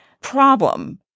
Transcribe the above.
problem